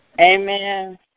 Amen